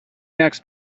next